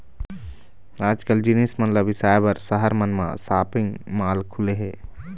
आजकाल जिनिस मन ल बिसाए बर सहर मन म सॉपिंग माल खुले हे